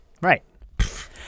Right